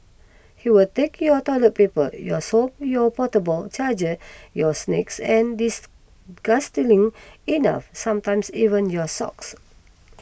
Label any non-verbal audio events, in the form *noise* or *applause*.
he will take your toilet paper your soap your portable charger your snacks and *unintelligible* enough sometimes even your socks